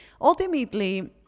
ultimately